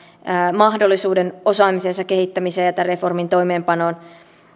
mahdollisuuden osaamisensa kehittämiseen ja tämän reformin toimeenpanon